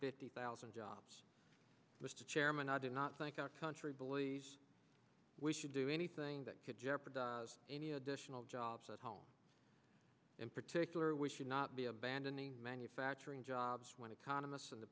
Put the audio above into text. fifty thousand jobs mr chairman i do not think our country believes we should do anything that could jeopardize any additional jobs at home in particular we should not be abandoning manufacturing jobs when economists and the